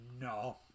no